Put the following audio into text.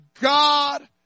God